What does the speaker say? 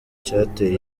cyateye